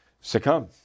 succumb